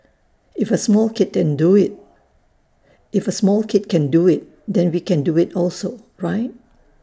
if A small kid can do IT then we can do IT also right